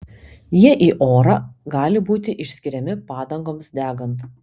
jie į orą gali būti išskiriami padangoms degant